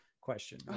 question